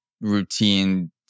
routine